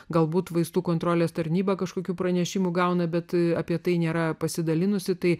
galbūt vaistų kontrolės tarnyba kažkokių pranešimų gauna bet apie tai nėra pasidalinusi tai